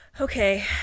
Okay